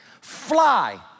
Fly